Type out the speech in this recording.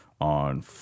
on